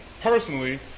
personally